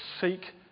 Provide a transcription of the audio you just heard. seek